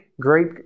great